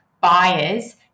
buyers